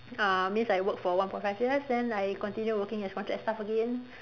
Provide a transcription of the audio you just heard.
uh means I work for one point five years then I continue working as contract staff again